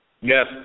Yes